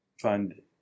fund